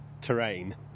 terrain